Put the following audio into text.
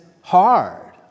hard